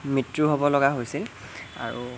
মৃত্যু হ'ব লগা হৈছিল আৰু